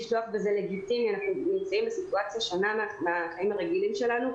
אנחנו נמצאים בסיטואציה שונה מהחיים הרגילים שלנו.